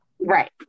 right